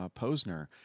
Posner